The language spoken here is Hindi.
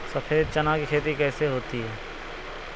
सफेद चना की खेती कैसे होती है?